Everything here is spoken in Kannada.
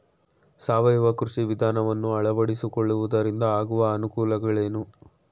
ಸಾವಯವ ಕೃಷಿ ವಿಧಾನವನ್ನು ಅಳವಡಿಸಿಕೊಳ್ಳುವುದರಿಂದ ಆಗುವ ಅನುಕೂಲಗಳೇನು?